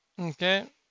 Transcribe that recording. Okay